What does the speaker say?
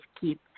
keep